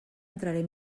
entraré